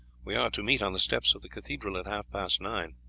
we are to meet on the steps of the cathedral at half-past nine.